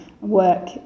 work